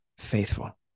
faithful